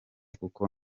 kuko